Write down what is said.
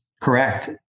Correct